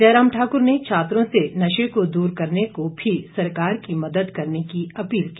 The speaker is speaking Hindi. जयराम ठाकुर ने छात्रों से नशे को दूर करने को भी सरकार की मदद करने की अपील की